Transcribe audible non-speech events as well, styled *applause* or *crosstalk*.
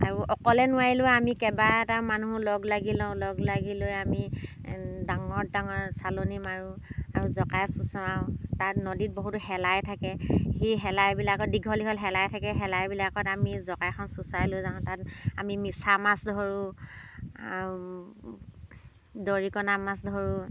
আৰু অকলে নোৱাৰিলেও আমি কেইবাটাও মানুহ লগ লাগি লওঁ লগ লাগি লৈ আমি ডাঙৰ ডাঙৰ চালনী মাৰোঁ আৰু জকাই চুচঁৰাওঁ তাত নদীত বহুতো শেলাই থাকে সেই শেলাইবিলাকত দীঘল দীঘল শেলাই থাকে শেলাইবিলাকত আমি জকাইখন চুচঁৰাই লৈ যাওঁ তাত আমি মিছা মাছ ধৰোঁ আৰু *unintelligible* দৰিকণা মাছ ধৰোঁ